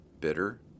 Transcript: bitter